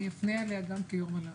אפנה אליהם גם.